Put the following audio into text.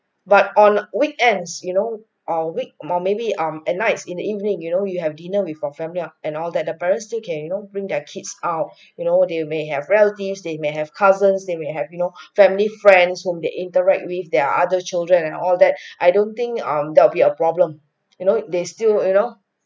but on weekends you know or week more maybe um at nights in the evening you know you have dinner with your family and all that the parents still can you know bring their kids out you know they may have relatives they may have cousins they may have you know family friends whom they interact with their other children and all that I don't think um that'll be a problem you know they still you know